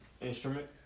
instrument